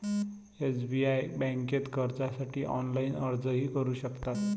SBI बँकेत कर्जासाठी online अर्जही करू शकता